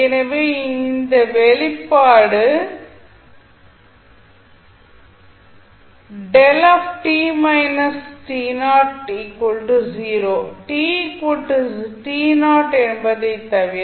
எனவே இந்த வெளிப்பாடு 0 என்பதைத் தவிர